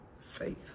faith